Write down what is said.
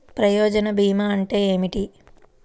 ప్రయోజన భీమా అంటే ఏమిటి?